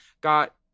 got